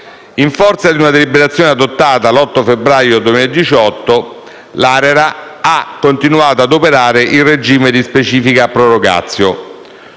In forza di una deliberazione adottata l'8 febbraio 2018, l'ARERA ha continuato a operare in regime di specifica *prorogatio*.